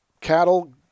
Cattle